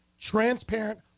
transparent